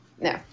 No